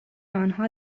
آنها